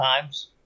times